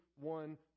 one